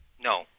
No